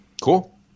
Cool